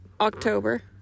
October